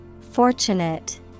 Fortunate